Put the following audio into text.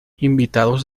invitados